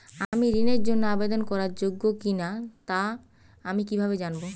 আমি ঋণের জন্য আবেদন করার যোগ্য কিনা তা আমি কীভাবে জানব?